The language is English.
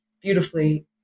beautifully